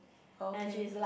okay